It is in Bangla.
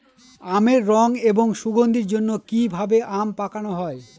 আমের রং এবং সুগন্ধির জন্য কি ভাবে আম পাকানো হয়?